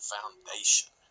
Foundation